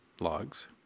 logs